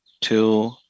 two